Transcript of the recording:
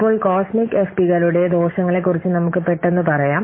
ഇപ്പോൾ കോസ്മിക് എഫ്പികളുടെ ദോഷങ്ങളെക്കുറിച്ച് നമുക്ക് പെട്ടെന്ന് പറയാം